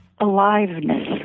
aliveness